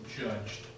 judged